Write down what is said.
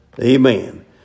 Amen